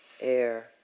air